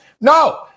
No